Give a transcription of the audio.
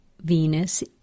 Venus